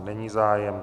Není zájem.